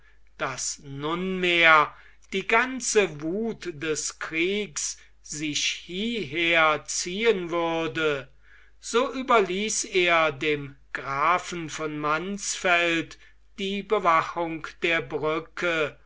daß nunmehr die ganze wuth des kriegs sich hieher ziehen würde so überließ er dem grafen von mansfeld die bewachung der brücke